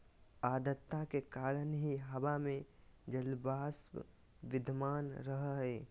आद्रता के कारण ही हवा में जलवाष्प विद्यमान रह हई